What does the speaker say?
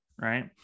right